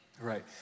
Right